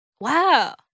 Wow